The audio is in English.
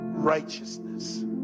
righteousness